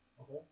Okay